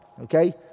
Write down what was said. Okay